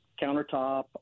countertop